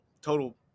total